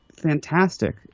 fantastic